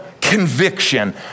conviction